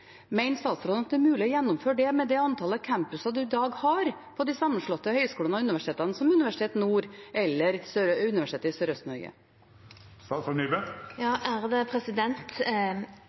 statsråden da at det er mulig å gjennomføre det med det antallet campuser en i dag har på de sammenslåtte høyskolene og universitetene, som Nord universitet eller Universitet i